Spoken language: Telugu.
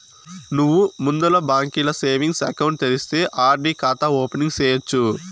నువ్వు ముందల బాంకీల సేవింగ్స్ ఎకౌంటు తెరిస్తే ఆర్.డి కాతా ఓపెనింగ్ సేయచ్చు